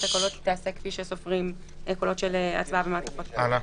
הקולות תעשה כפי שסופרים קולות של הצבעה במעטפות כפולות.